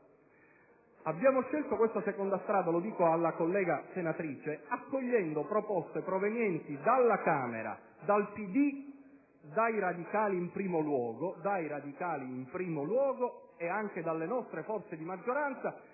abbiamo scelto questa seconda strada - lo dico alla collega senatrice Poretti - accogliendo proposte provenienti dalla Camera, dal PD, dai radicali in primo luogo e anche dalle nostre forze di maggioranza;